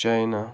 China